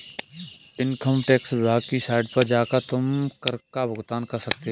income tax विभाग की site पर जाकर तुम कर का भुगतान कर सकते हो